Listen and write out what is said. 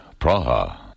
Praha